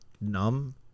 numb